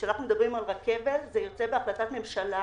כשאנחנו מדברים על רכבל זה יוצא בהחלטת ממשלה,